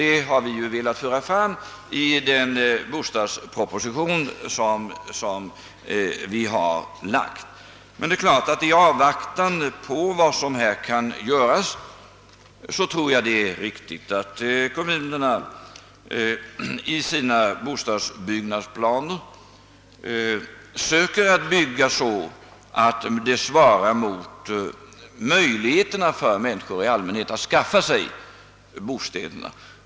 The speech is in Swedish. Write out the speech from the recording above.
Detta problem har tagits upp i den bostadsproposition som nyligen förelagts riksdagen. Det är emellertid klart att i avvaktan på utredningar om vad som kan göras bör kommunerna söka bygga så att det svarar mot möjligheterna för människor i allmänhet att skaffa sig bostäder.